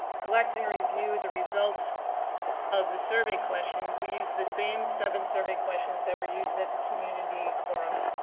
collect and review the results of the survey questions. we used the same seven survey questions that were used at the community forums.